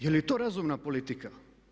Je li to razumna politika?